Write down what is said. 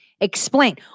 Explain